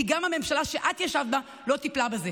כי גם הממשלה שאת ישבת בה לא טיפלה בזה.